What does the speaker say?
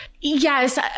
yes